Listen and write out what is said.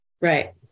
Right